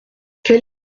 quel